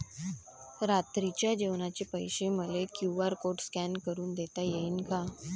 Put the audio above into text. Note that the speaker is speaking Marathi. रात्रीच्या जेवणाचे पैसे मले क्यू.आर कोड स्कॅन करून देता येईन का?